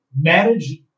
manage